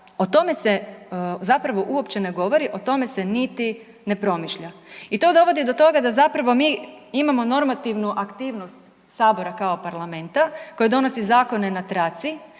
O tome se zapravo uopće ne govori, o tome se niti ne promišlja. I to dovodi do toga da zapravo mi imamo normativnu aktivnost Sabora kao parlamenta koji donosi zakone na traci,